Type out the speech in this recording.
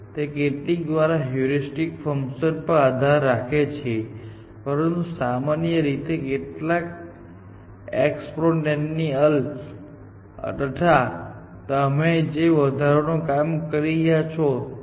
તે કેટલીક વાર હ્યુરિસ્ટિક ફંકશન પર આધાર રાખે છે પરંતુ સામાન્ય રીતે કેટલાક એક્સપોનેન્તીઅલ ફંકશન પર તથા તમે જે વધારાનું કામ કરી રહ્યા છો તે